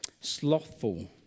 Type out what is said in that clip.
slothful